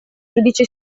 giudice